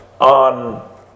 on